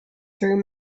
through